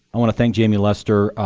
i want to thank jamie lester.